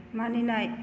मानिनाय